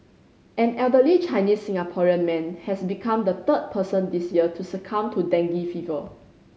an elderly Chinese Singaporean man has become the third person this year to succumb to dengue fever